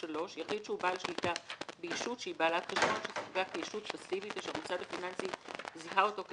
(2) ישות שהיא בעלת חשבון שהמוסד הפיננסי סיווג חשבון